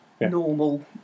normal